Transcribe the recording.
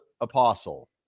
apostle